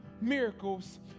miracles